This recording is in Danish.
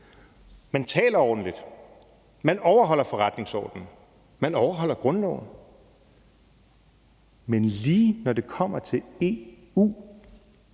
Man taler ordentligt, man overholder forretningsordenen, men overholder grundloven. Men lige når det kommer til EU,